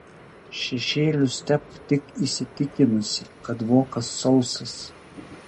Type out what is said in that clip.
šešėlius tepk tik įsitikinusi kad vokas sausas